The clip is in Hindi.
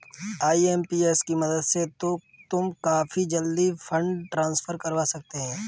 आई.एम.पी.एस की मदद से तो तुम काफी जल्दी फंड ट्रांसफर करवा सकते हो